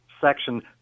section